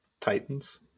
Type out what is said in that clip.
Titans